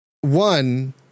one